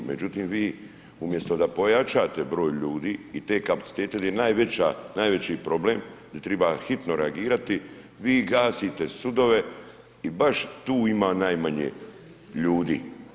Međutim, vi umjesto da pojačate broj ljudi i te kapacitete gdje je najveći problem, gdje treba hitno reagirati vi gasite sudove i baš tu ima najmanje ljudi.